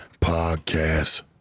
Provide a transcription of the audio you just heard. podcast